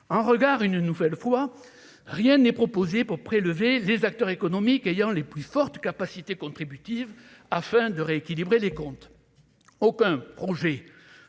un regard, une nouvelle fois, rien n'est proposé pour prélever les acteurs économiques ayant les plus fortes capacités contributives afin de rééquilibrer les comptes, aucun projet